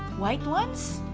white ones,